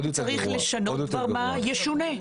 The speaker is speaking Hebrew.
אם צריך לשנות דבר מה ישונה.